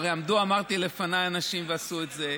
הרי אמרתי שעמדו לפני אנשים ועשו את זה.